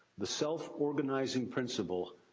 the self-organizing principle,